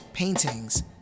Paintings